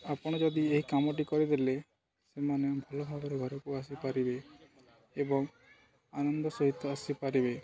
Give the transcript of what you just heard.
ଆପଣ ଯଦି ଏହି କାମଟି କରିଦେଲେ ସେମାନେ ଭଲ ଭାବରେ ଘରକୁ ଆସିପାରିବେ ଏବଂ ଆନନ୍ଦ ସହିତ ଆସିପାରିବେ